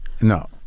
No